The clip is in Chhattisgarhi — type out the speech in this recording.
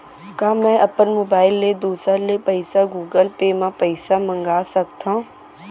का मैं अपन मोबाइल ले दूसर ले पइसा गूगल पे म पइसा मंगा सकथव?